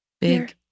Big